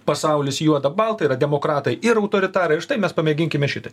pasaulis juoda balta yra demokratai ir autoritarai ir štai mes pamėginkime šitai